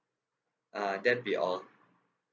uh that'll be all